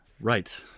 Right